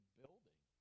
building